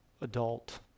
adult